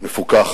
מפוכח.